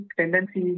tendency